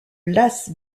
las